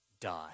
die